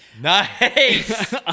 nice